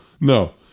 no